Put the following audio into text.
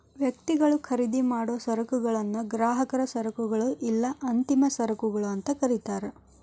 ವ್ಯಕ್ತಿಗಳು ಖರೇದಿಮಾಡೊ ಸರಕುಗಳನ್ನ ಗ್ರಾಹಕ ಸರಕುಗಳು ಇಲ್ಲಾ ಅಂತಿಮ ಸರಕುಗಳು ಅಂತ ಕರಿತಾರ